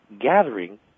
gathering